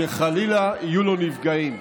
שחלילה יהיו לו נפגעים.